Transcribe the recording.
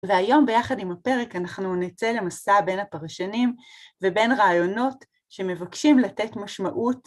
והיום ביחד עם הפרק אנחנו נצא למסע בין הפרשנים, ובין רעיונות שמבקשים לתת משמעות.